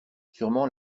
sûrement